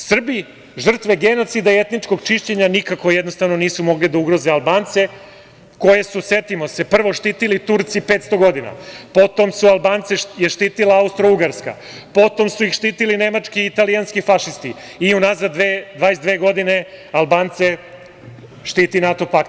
Srbi, žrtve genocida i etničkog čišćenja, nikako nisu mogli da ugroze Albance, koje su, setimo se, prvo štitili Turci 500 godina, potom je Albance štitila Austrougarska, potom su ih štitili nemački i italijanski fašisti i unazad 22 godine Albance štiti NATO pakt.